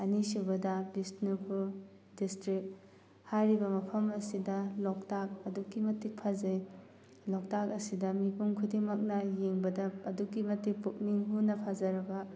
ꯑꯅꯤꯁꯨꯕꯗ ꯕꯤꯁꯅꯨꯄꯨꯔ ꯗꯤꯁꯇ꯭ꯔꯤꯛ ꯍꯥꯏꯔꯤꯕ ꯃꯐꯝ ꯑꯁꯤꯗ ꯂꯣꯛꯇꯥꯛ ꯑꯗꯨꯛꯀꯤ ꯃꯇꯤꯛ ꯐꯖꯩ ꯂꯣꯛꯇꯥꯛ ꯑꯁꯤꯗ ꯃꯤꯄꯨꯝ ꯈꯨꯗꯤꯡꯃꯛꯅ ꯌꯦꯡꯕꯗ ꯑꯗꯨꯛꯀꯤ ꯃꯇꯤꯛ ꯄꯨꯛꯅꯤꯡ ꯍꯨꯅ ꯐꯖꯔꯕ